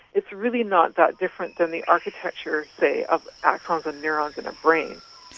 it's really not that different than the architecture, say, of axons and neurons in a brain.